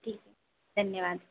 ठीक है धन्यवाद